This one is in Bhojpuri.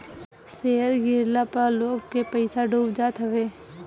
शेयर गिरला पअ लोग के पईसा डूब जात हवे